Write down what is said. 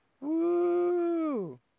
Woo